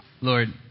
Lord